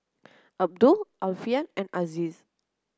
Abdul Alfian and Aziz